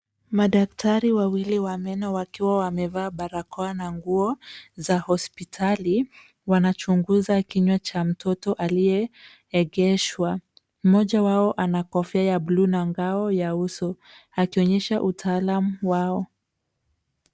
Madaktari wawili wa meno, wakiwa wamevaa barakoa na nguo za hospitali, wanachunguza kinywa cha mtoto aliyeegeshwa. Mmoja wao ana kofia ya buluu na ngao ya uso, akionyesha utaalamu wao.